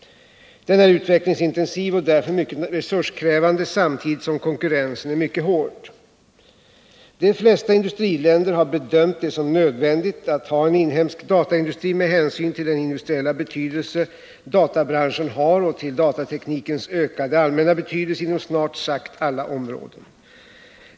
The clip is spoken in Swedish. Den är utvecklingsintensiv och därför mycket resurskrävande samtidigt som konkurrensen är mycket hård. De flesta industriländer har bedömt det som nödvändigt att ha en inhemsk dataindustri med hänsyn till den industriella betydelse databranschen har och till datateknikens ökande allmänna betydelse inom snart sagt alla områden.